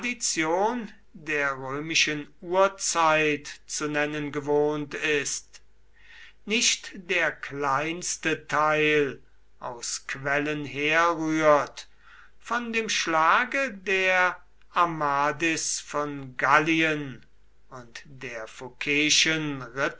der römischen urzeit zu nennen gewohnt ist nicht der kleinste teil aus quellen herrührt von dem schlage der amadis von gallien und der